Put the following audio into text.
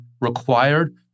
required